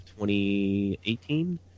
2018